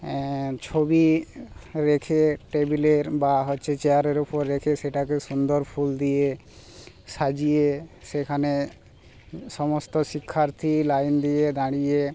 ছবি রেখে টেবিলের বা হচ্ছে চেয়ারের উপর রেখে সেটাকে সুন্দর ফুল দিয়ে সাজিয়ে সেখানে সমস্ত শিক্ষার্থী লাইন দিয়ে দাঁড়িয়ে